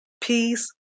peace